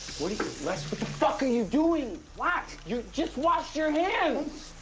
what are you, les, what the fuck are you doing? what? you just washed your hands.